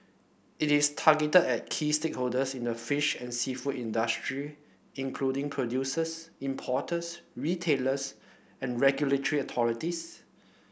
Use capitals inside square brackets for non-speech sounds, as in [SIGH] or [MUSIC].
it is targeted at key stakeholders in the fish and seafood industry including producers importers retailers and [UNINTELLIGIBLE] authorities